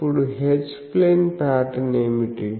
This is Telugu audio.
ఇప్పుడు H ప్లేన్ ప్యాటర్న్ ఏమిటి